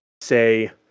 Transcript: say